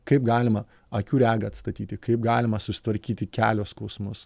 kaip galima akių regą atstatyti kaip galima susitvarkyti kelio skausmus